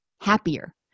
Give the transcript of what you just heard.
happier